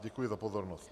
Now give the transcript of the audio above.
Děkuji za pozornost.